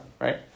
right